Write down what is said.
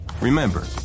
Remember